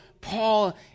Paul